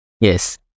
Yes